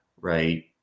right